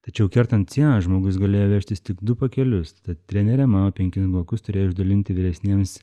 tačiau kertant sieną žmogus galėjo vežtis tik du pakelius treneriai mano penkis blokus turėjo išdalinti vyresniems